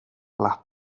las